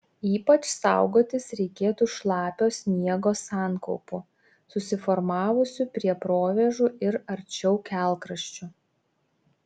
ypač saugotis reikėtų šlapio sniego sankaupų susiformavusių prie provėžų ir arčiau kelkraščių